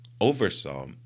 oversaw